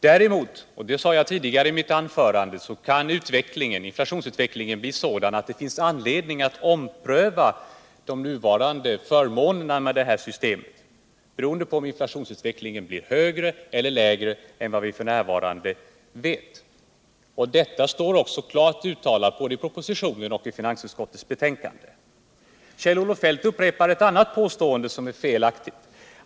Däremot, och det har jag sagt i mitt tidigare anförande, kan inflationsutvecklingen bli sådan, att det finns anledning att ompröva de nuvarande förmånerna med systemet. beroende på om inflationsutvecklingen blir högre eller lägre än vi f. n. räknar med. Detta står också klart uttalat både i propositionen och i finansutskottets betänkande. Kjell-Olof Feldt upprepade ett annat påstående som är felaktigt.